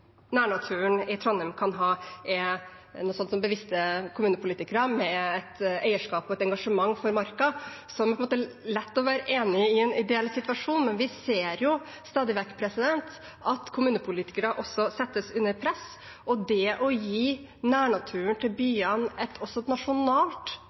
nærnaturen i Trondheim kan ha, er bevisste kommunepolitikere med et eierskap og et engasjement for marka. Det er lett å være enig i en ideell situasjon, men vi ser stadig vekk at kommunepolitikere også settes under press. Det å gi også nærnaturen til